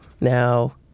Now